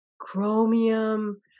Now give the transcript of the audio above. chromium